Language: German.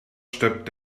steppt